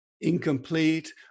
incomplete